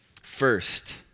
First